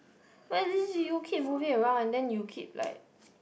but is you keep moving around and you keep like